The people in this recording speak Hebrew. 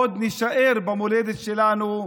עוד נישאר במולדת שלנו.